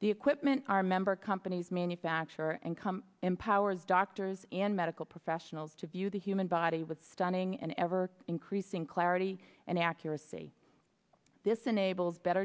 the equipment our member companies manufacture and come empowers doctors and medical professionals to view the human body with stunning and ever increasing clarity and accuracy this enables better